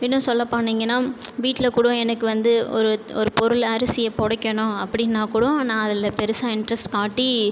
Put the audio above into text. இன்னும் சொல்லப்போனீங்கனால் வீட்டில் கூடோ எனக்கு வந்து ஒரு ஒரு பொருள் அரிசியை புடைக்கணும் அப்படினாக்கூடோ நான் அதில் பெருசாக இண்ட்ரெஸ்ட் காட்டி